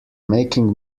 making